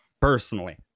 personally